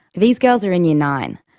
these girls are in year nine.